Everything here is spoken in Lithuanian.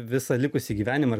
visą likusį gyvenimą